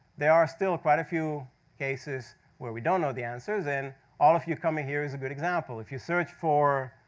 there are still quite a few cases where we don't know the answers. and all of you coming here is a good example. if you search for,